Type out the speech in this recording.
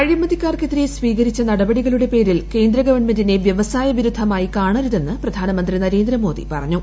അഴിമതിക്കാർക്ക് എതിരെ സ്വീകരിച്ചു നടപടികളുടെ പേരിൽ കേന്ദ്രഗവൺമെന്റിനെ വ്യവസായ വിരുദ്ധമായി കാണരുതെന്ന് പ്രധാനമന്ത്രി നരേന്ദ്രമോദി പറഞ്ഞു